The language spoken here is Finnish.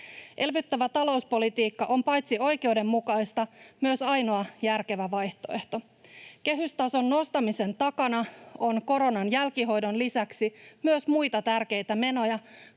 Elvyttävä talouspolitiikka on paitsi oikeudenmukaista myös ainoa järkevä vaihtoehto. Kehystason nostamisen takana on koronan jälkihoidon lisäksi myös muita tärkeitä menoja,